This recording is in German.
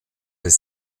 des